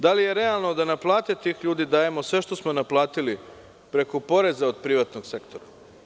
Da li je realno da na plate tih ljudi dajemo sve što smo naplatili preko poreza od privatnog sektora?